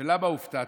ולמה הופתעתי?